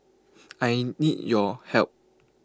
I need your help